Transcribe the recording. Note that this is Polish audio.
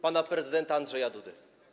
Pana prezydenta Andrzeja Dudy.